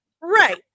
right